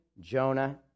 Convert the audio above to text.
Jonah